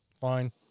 Fine